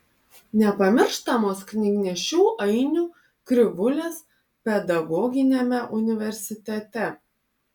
nepamirštamos knygnešių ainių krivulės pedagoginiame universitete